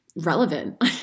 relevant